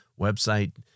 website